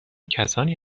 کسانی